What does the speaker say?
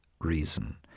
reason